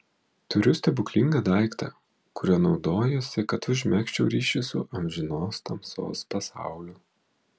turiu stebuklingą daiktą kuriuo naudojuosi kad užmegzčiau ryšį su amžinos tamsos pasauliu